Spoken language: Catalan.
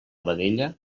vedella